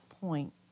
point